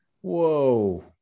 whoa